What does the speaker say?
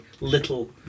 little